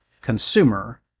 consumer